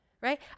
right